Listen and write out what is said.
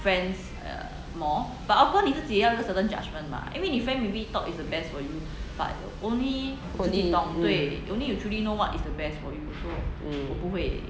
mm mm